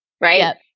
Right